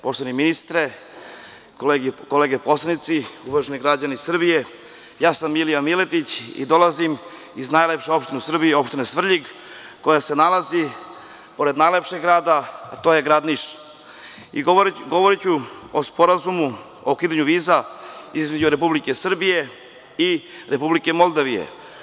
Poštovani ministre, kolege poslanici, uvaženi građani Srbije, ja sam Milija Miletić i dolazim iz najlepše Opštine Svrljig koja se nalazi pored najlepšeg grada, a to je grad Niš i govoriću o Sporazumu o ukidanju viza između Republike Srbije i Republike Moldavije.